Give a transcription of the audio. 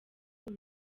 uru